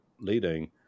leading